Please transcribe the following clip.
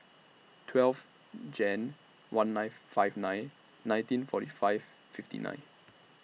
twelve Jan one ninth five nine nineteen forty five fifty nine